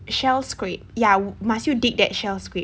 shell scrape ya must you dig that shell scrape